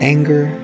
Anger